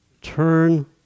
turn